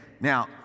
Now